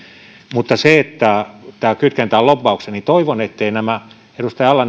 mutta se että tämä kytketään lobbaukseen toivon etteivät nämä ala